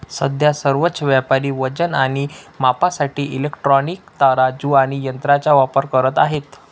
सध्या सर्वच व्यापारी वजन आणि मापासाठी इलेक्ट्रॉनिक तराजू आणि यंत्रांचा वापर करत आहेत